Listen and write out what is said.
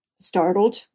startled